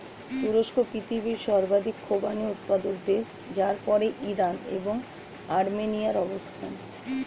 তুরস্ক পৃথিবীর সর্বাধিক খোবানি উৎপাদক দেশ যার পরেই ইরান এবং আর্মেনিয়ার অবস্থান